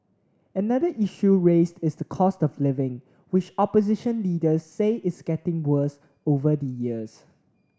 another issue raised is the cost of living which opposition leaders say is getting worse over the years